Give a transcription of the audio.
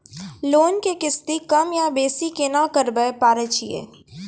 Loan के किस्ती कम या बेसी केना करबै पारे छियै?